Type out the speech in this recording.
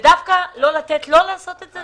ודווקא לא לתת לו לעשות את זה?